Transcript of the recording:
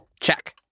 Check